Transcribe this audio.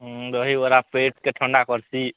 ଉଁ ଦବିବରା ପ୍ଲେଟ୍ କେ ଥଣ୍ତା କର୍ଛି